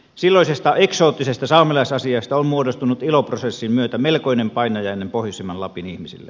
silloisesta eksoottisesta saamelaisasiasta on muodostunut ilo prosessin myötä melkoinen painajainen pohjoisimman lapin ihmisille